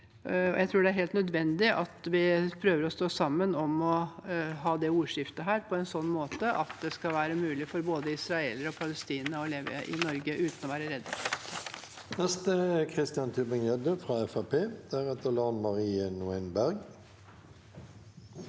Jeg tror det er helt nødvendig at vi prøver å stå sammen om å ha ordskiftet her på en sånn måte at det skal være mulig for både israelere og palestinere å leve i Norge uten å være redde.